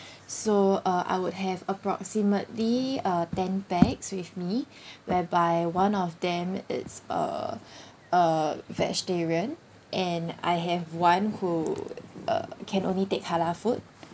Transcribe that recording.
so uh I would have approximately uh ten pax with me whereby one of them it's uh uh vegetarian and I have one who uh can only take halal food